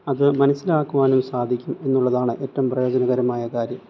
അത് മനസ്സിലാക്കുവാനും സാധിക്കും എന്നുള്ളതാണ് ഏറ്റവും പ്രയോജനകരമായ കാര്യം